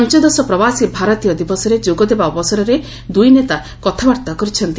ପଞ୍ଚଦଶ ପ୍ରବାସୀ ଭାରତୀୟ ଦିବସରେ ଯୋଗଦେବା ଅବସରରେ ଦୁଇନେତା କଥାବାର୍ତ୍ତା କରିଛନ୍ତି